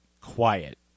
quiet